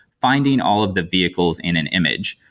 finding all of the vehicles in an image.